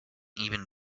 even